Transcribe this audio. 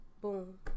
Boom